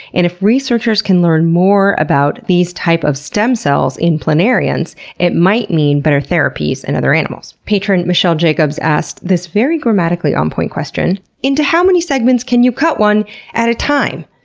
and if researchers can learn more about these types of stem cells in planarians, it might mean better therapies in other animals. patron michelle jacobs asked this very grammatically on-point question into how many segments can you cut one at a time?